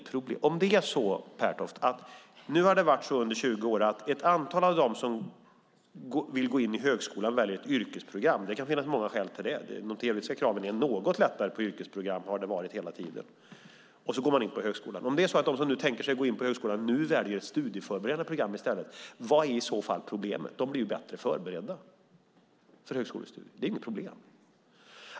Nu har det under 20 år varit så att ett antal av dem som vill gå in i högskolan väljer ett yrkesprogram. Det kan finnas många skäl till det. De teoretiska kraven har hela tiden varit något lättare på yrkesprogrammen. Om det är så att de som tänker sig att gå in på högskolan nu väljer studieförberedande program i stället, vad är i så fall problemet? De blir ju bättre förberedda för högskolestudier. Det är inget problem.